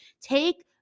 take